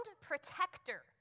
protector